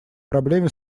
проблеме